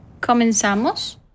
¿Comenzamos